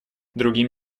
другим